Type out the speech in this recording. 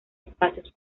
espacios